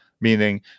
meaning